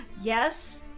Yes